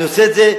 אני עושה את זה,